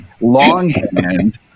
longhand